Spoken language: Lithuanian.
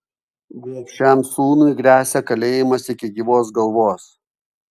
gobšiam sūnui gresia kalėjimas iki gyvos galvos